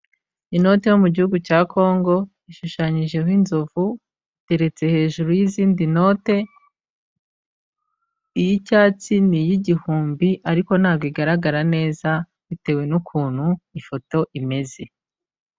Inote yo mu gihugu cya Congo, ishushanyijeho inzovu, iteretse hejuru y'izindi note, iy'icyatsi ni iy'igihumbi ariko ntago igaragara neza bitewe n'ukuntu ifoto imeze.